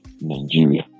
Nigeria